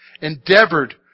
endeavored